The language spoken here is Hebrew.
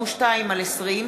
נתקבלה.